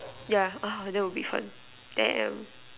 yeah uh that would be fun damn